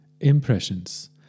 Impressions